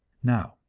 now,